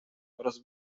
oraz